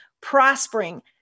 prospering